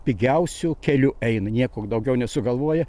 pigiausiu keliu eina nieko daugiau nesugalvoja